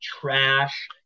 trash